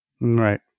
right